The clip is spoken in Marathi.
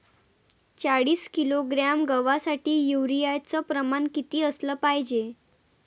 चाळीस किलोग्रॅम गवासाठी यूरिया च प्रमान किती असलं पायजे?